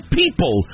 people